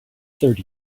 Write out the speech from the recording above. third